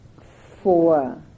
four